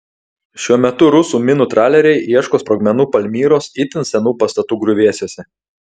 šiuo metu rusų minų traleriai ieško sprogmenų palmyros itin senų pastatų griuvėsiuose